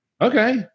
okay